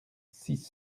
six